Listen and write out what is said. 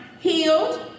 healed